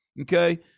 okay